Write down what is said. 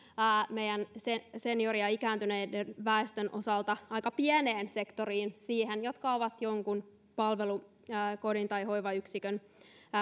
meidän seniori ja ikääntyneen väestön osalta aika pieneen sektoriin niille jotka ovat jonkun palvelukodin tai hoivayksikön